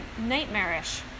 nightmarish